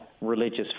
religious